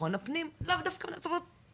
ביטחון הפנים לאו דווקא - זאת אומרת,